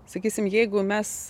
sakysim jeigu mes